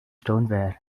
stoneware